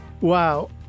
Wow